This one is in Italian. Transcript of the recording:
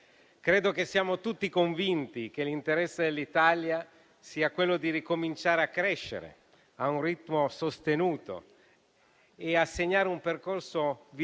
Credo che siamo tutti convinti che l'interesse dell'Italia sia di ricominciare a crescere a un ritmo sostenuto e intraprendere un percorso virtuoso